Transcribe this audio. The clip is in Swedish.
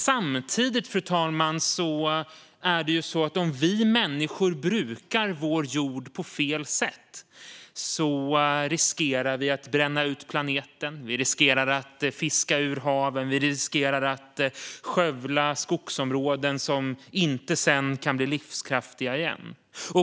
Samtidigt, fru talman, är det så att om vi människor brukar vår jord på fel sätt, fiskar ut haven och skövlar skogsområden som inte kan bli livskraftiga igen riskerar vi att bränna ut planeten.